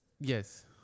Yes